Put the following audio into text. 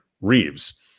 Reeves